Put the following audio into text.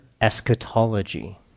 eschatology